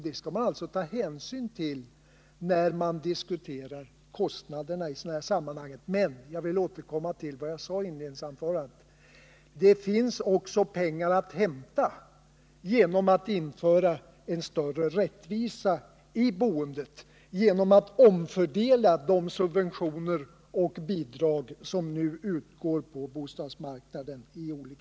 Det skall man alltså ta hänsyn till när man diskuterar kostnaderna i sådana här sammanhang. Men jag vill återkomma till vad jag sade i mitt inledningsanförande: Det finns också pengar att hämta genom att införa en större rättvisa i boendet, genom att omfördela de subventioner och bidrag som nu i olika former utgår på bostadsmarknaden. Herr talman!